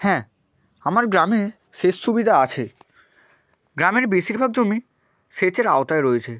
হ্যাঁ আমার গ্রামে সেচ সুবিধা আছে গ্রামের বেশিরভাগ জমি সেচের আওতায় রয়েছে